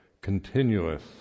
continuous